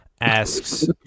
asks